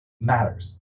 matters